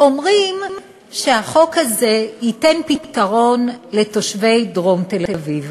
אומרים שהחוק הזה ייתן פתרון לתושבי דרום תל-אביב.